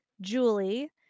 julie